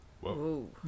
Whoa